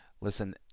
Listen